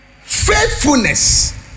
faithfulness